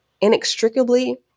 inextricably